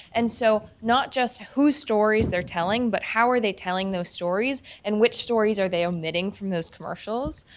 and so not just whose stories they're telling, but how are they telling those stories? and which stories are they omitting from those commercials.